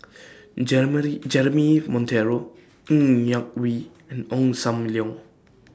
Jeremy Monteiro Ng Yak Whee and Ong SAM Leong